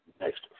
next